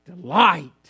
delight